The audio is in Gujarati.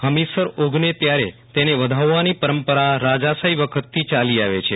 હમીરસર ઓગને ત્યારે તેને વધાવવાની પરંપરા રાજાશાફી વખતથી ચાલી આવે છે